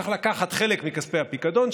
צריך לקחת חלק מכספי הפיקדון,